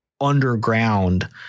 underground